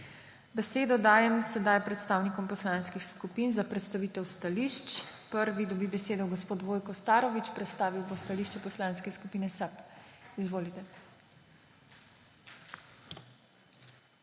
Besedo dajem sedaj predstavnikom poslanskih skupin za predstavitev stališč. Prvi dobi besedo gospod Vojko Starović. Predstavil bo stališče Poslanske skupine SAB. Izvolite.